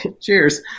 cheers